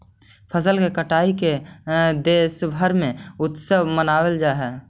फसल के कटाई के देशभर में उत्सव मनावल जा हइ